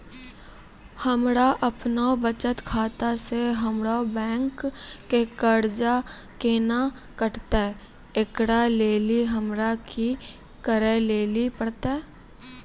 हमरा आपनौ बचत खाता से हमरौ बैंक के कर्जा केना कटतै ऐकरा लेली हमरा कि करै लेली परतै?